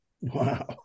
Wow